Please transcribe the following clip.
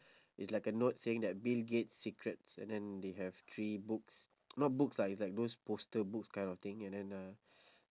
it's like a note saying that bill gates secrets and then they have three books not books lah it's like those poster books kind of thing and then ah